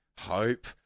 hope